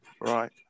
Right